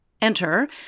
Enter